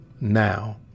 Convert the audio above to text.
now